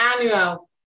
annual